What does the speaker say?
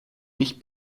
nicht